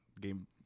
game